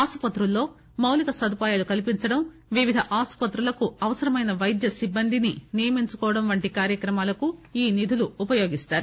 ఆసుపత్రులలో మౌలిక సదుపాయాలు కల్పించడం వివిధ ఆస్పత్రులకు అవసరమైన వైద్య సిబ్బందిని నియమించుకోవడం వంటి కార్యక్రమాలకు ఈ నిధులు ఉపయోగిస్తారు